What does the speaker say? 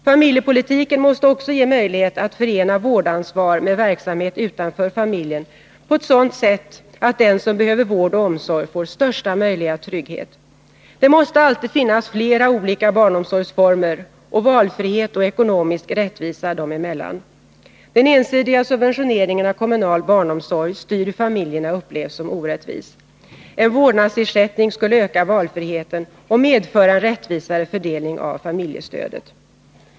Familjepolitiken måste också ge möjlighet att förena vårdansvar med verksamhet utanför familjen på ett sådant sätt, att den som behöver vård och omsorg får största möjliga trygghet. Det måste alltid finnas flera olika barnomsorgsformer och valfrihet och ekonomisk rättvisa dem emellan. Den ensidiga subventioneringen av kommunal barnomsorg styr familjerna och upplevs som orättvis. En vårdnadsersättning skulle öka valfriheten och medföra en rättvisare fördelning av familjestödet.